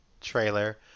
trailer